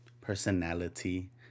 personality